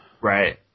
Right